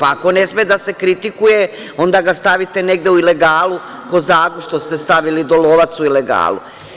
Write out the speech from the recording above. Ako ne sme da se kritikuje, onda ga stavite negde u ilegalu, kao Zagu Dolovac što ste stavili u ilegalu.